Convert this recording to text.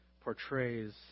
portrays